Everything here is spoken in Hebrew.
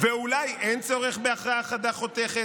ואולי אין צורך בהכרעה חדה, חותכת?